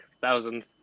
thousands